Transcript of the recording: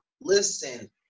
listen